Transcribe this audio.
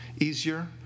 easier